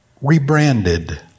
rebranded